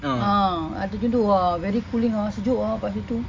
ah air terjun tu ah very cooling ah sejuk ah dekat situ